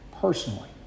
personally